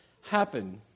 happen